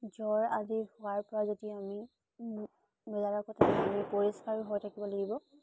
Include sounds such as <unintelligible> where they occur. জ্বৰ আদি হোৱাৰ পৰা যদি আমি <unintelligible> পৰিষ্কাৰো হৈ থাকিব লাগিব